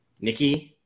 Nikki